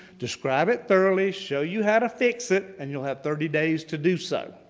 describe it thoroughly, show you how to fix it, and you'll have thirty days to do so.